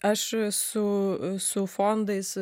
aš su su fondais